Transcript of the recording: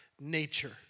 nature